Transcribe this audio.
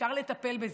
אפשר לטפל בזה.